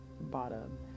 bottom